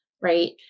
right